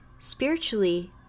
spiritually